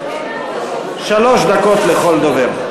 שלוש דקות לכל דובר.